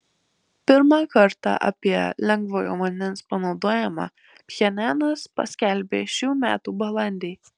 pirmą kartą apie lengvojo vandens panaudojimą pchenjanas paskelbė šių metų balandį